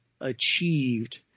achieved